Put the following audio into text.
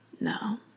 No